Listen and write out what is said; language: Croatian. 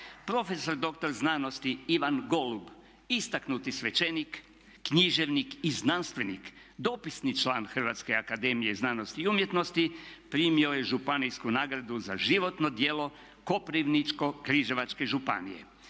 prof.dr. znanosti Ivan Golub, istaknuti svećenik i znanstvenik, dopisni član Hrvatske akademije znanosti i umjetnosti primio je županijsku nagradu za životno djelo Koprivničko-križevačke županije.